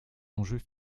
enjeux